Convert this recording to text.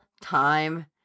time